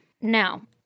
Now